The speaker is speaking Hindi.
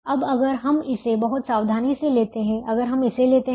अब अगर हम इसे बहुत सावधानी से लेते हैं अगर हम इसे लेते हैं